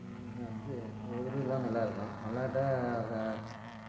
இன்னும் வந்து கேவுருலாம் நல்லாயிருக்கும் மல்லாட்டை